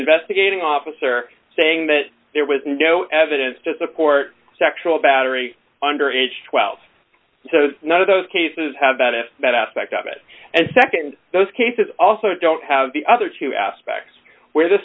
investigating officer saying that there was no evidence to support sexual battery under age twelve so none of those cases have got at that aspect of it and nd those cases also don't have the other two aspects where the